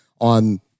on